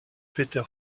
peter